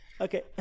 Okay